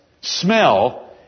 smell